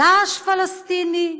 "דאעש" פלסטיני,